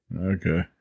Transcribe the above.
Okay